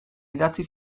idatzi